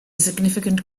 significant